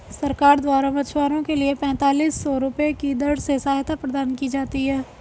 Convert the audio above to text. सरकार द्वारा मछुआरों के लिए पेंतालिस सौ रुपये की दर से सहायता प्रदान की जाती है